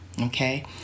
okay